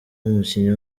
umukinnyi